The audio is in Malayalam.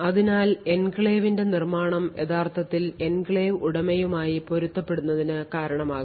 അതിനാൽ എൻക്ലേവിന്റെ നിർമ്മാണം യഥാർത്ഥത്തിൽ എൻക്ലേവ് ഉടമയുമായി പൊരുത്തപ്പെടുന്നതിന് കാരണമാകും